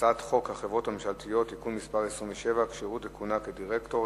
הצעת חוק החברות הממשלתיות (תיקון מס' 27) (כשירות לכהונה כדירקטור),